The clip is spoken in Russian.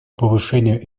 повышению